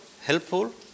helpful